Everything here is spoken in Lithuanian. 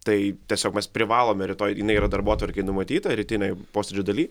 tai tiesiog mes privalome rytoj jinai yra darbotvarkėje numatytą rytinėj posėdžio daly